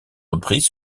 reprises